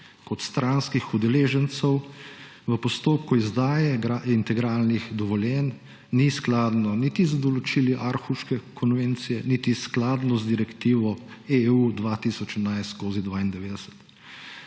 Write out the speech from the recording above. kot stranskih udeležencev v postopku izdaje integralnih dovoljenj ni skladno niti z določili Aarhuške konvencije niti skladno z direktivo EU 2011/92«.